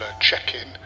check-in